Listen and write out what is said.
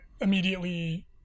immediately